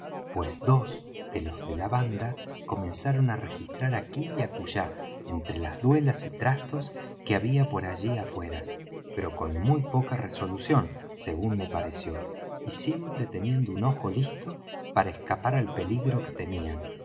pues dos de los de la banda comenzaron á registrar aquí y acullá entre las duelas y trastos que había por allí afuera pero con muy poca resolución según me pareció y siempre teniendo un ojo listo para escapar al peligro que temían